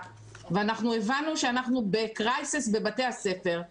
ואנחנו הבנו שאנחנו בקרייסיס בבתי הספר,